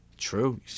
True